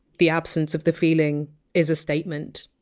the absence of the feeling is a statement,